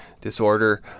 disorder